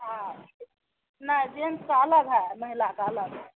हाँ नहीं जेन्स का अलग है महिला का अलग है